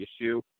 issue